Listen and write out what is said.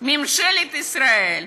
ממשלת ישראל,